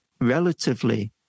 relatively